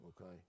Okay